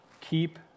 keep